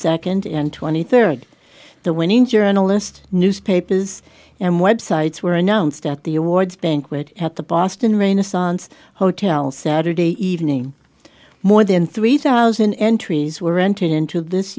second and twenty third the winning journalist newspapers and websites were announced at the awards banquet at the boston renaissance hotel saturday evening more than three thousand entries were entered into this